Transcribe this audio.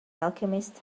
alchemist